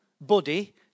buddy